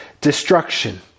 destruction